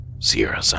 sierra